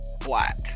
black